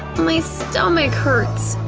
my stomach hurts.